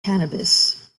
cannabis